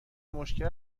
مشکل